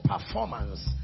performance